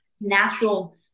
natural